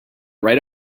right